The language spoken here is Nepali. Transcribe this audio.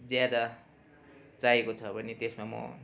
ज्यादा चाहेको छ भने त्यसमा म